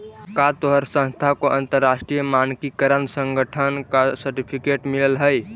का तोहार संस्था को अंतरराष्ट्रीय मानकीकरण संगठन का सर्टिफिकेट मिलल हई